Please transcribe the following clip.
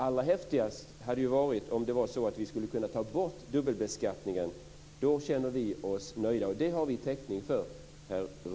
Allra häftigast skulle det vara om vi skulle kunna ta bort dubbelbeskattningen. Då skulle vi känna oss nöjda, och det har vi täckning för,